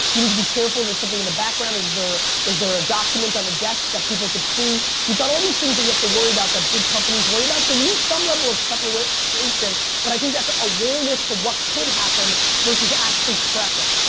you need to be careful. is there something in the background? is there is there a document on the desk that people can see? you got all these things you have to worry about that big companies worry about so you need some level of preparation preparation but i think that's awareness to what could happen versus actually prepping.